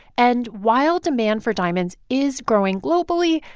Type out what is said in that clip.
and while demand for diamonds is growing globally,